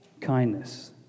kindness